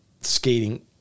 skating